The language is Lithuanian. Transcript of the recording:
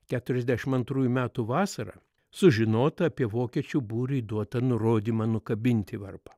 keturiasdešim antrųjų metų vasarą sužinota apie vokiečių būriui duotą nurodymą nukabinti varpą